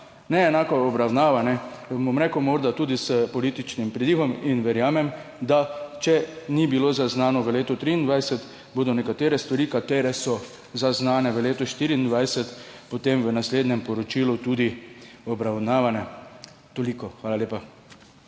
neenaka obravnava, bom rekel morda tudi s političnim pridihom. Verjamem, da če ni bilo zaznano v letu 2023, bodo nekatere stvari, ki so zaznane v letu 2024, potem v naslednjem poročilu tudi obravnavane. Toliko. Hvala lepa.